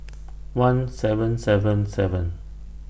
one seven seven seven